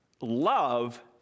love